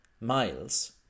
Miles